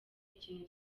ikintu